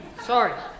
Sorry